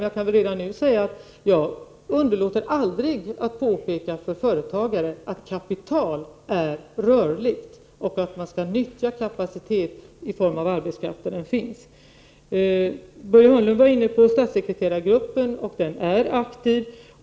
Jag kan dock redan nu säga att jag aldrig underlåter att påpeka för företagare att kapital är rörligt och att man skall nyttja kapacitet i form av arbetskraft där den finns. Börje Hörnlund var inne på statssekreterargruppen. Den är aktiv.